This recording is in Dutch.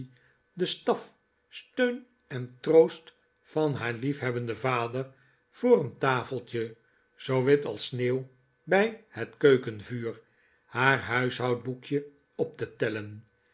de staf steun en troost van haar liefhebbenden vader voor een tafeltje zoo wit als sneeuw bij het keukenvuur haar huishoudboekje op te tellen